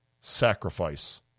sacrifice